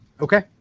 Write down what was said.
Okay